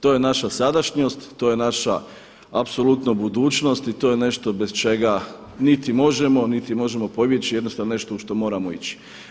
To je naša sadašnjost, to je naša apsolutno budućnost i to je nešto bez čega niti možemo, niti možemo pobjeći, jednostavno nešto u što moramo ići.